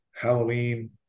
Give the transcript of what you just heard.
Halloween